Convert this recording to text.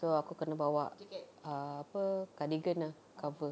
so aku kena bawa err apa cardigan ah ke apa